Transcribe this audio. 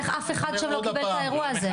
איך אף אחד שם לא קיבל את האירוע הזה?